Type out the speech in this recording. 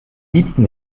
liebsten